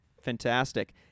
Fantastic